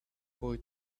boy